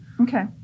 Okay